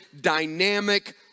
dynamic